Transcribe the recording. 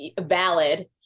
valid